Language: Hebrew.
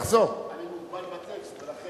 מוגבל בטקסט.